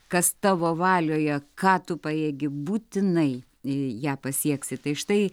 kas tavo valioje ką tu pajėgi būtinai į ją pasieksi tai štai